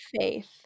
faith